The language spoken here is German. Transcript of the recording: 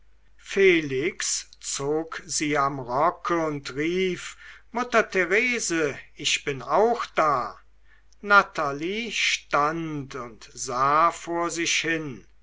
felix zog sie am rocke und rief mutter therese ich bin auch da natalie stand und sah vor sich hin